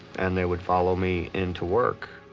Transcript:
and they would follow me into work.